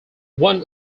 one